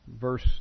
verse